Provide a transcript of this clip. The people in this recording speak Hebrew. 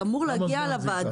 אבל זה אמור להגיע לוועדה.